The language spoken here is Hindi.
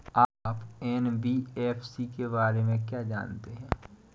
आप एन.बी.एफ.सी के बारे में क्या जानते हैं?